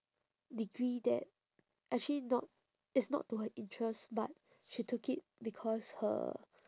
degree that actually not it's not to her interest but she took it because her